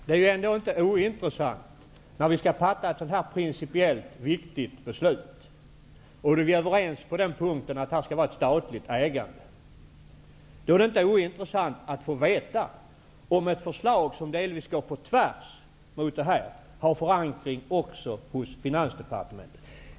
Fru talman! När vi skall fatta ett principiellt viktigt beslut -- och vi är överens om att det skall vara fråga om ett statligt ägande -- är det ändå inte ointressant att få veta om ett förslag som delvis går på tvärs har en förankring också hos Finansdepartementet.